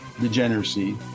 degeneracy